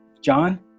John